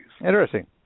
Interesting